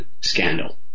scandal